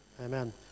amen